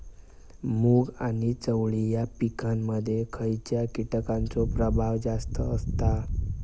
मूग आणि चवळी या पिकांमध्ये खैयच्या कीटकांचो प्रभाव जास्त असता?